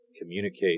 communicate